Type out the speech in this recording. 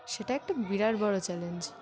সেটা একটা বিরাট বড় চ্যালেঞ্জ